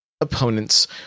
opponents